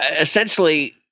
essentially